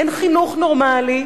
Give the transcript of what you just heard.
אין חינוך נורמלי.